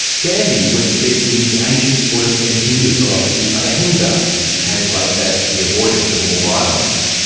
gandhi was steeped in the ancient buddhist and hindu philosophy of ahimsa, which translates as the avoidance of all violence.